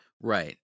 Right